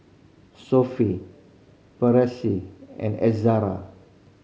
Sophie and Ezra